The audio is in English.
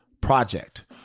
Project